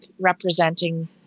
representing